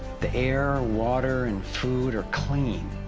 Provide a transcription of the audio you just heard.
the air, water and food are clean.